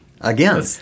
Again